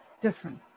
different